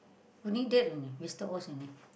only that only Mister-Oz only